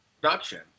production